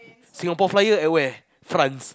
Singapore-Flyer at where France